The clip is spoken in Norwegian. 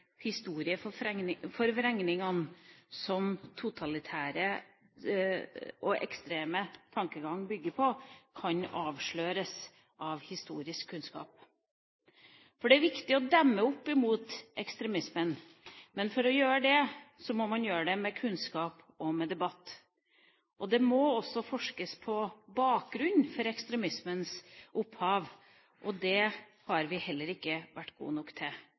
som totalitær og ekstrem tankegang bygger på – kan avsløres av historisk kunnskap. Det er viktig å demme opp mot ekstremismen, men det må man gjøre med kunnskap og med debatt, og det må også forskes på bakgrunnen for ekstremismens opphav. Det har vi heller ikke vært gode nok til